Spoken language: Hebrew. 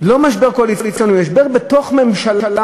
לא משבר קואליציוני, משבר בתוך ממשלה.